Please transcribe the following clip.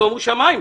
שומו שמיים,